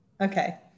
Okay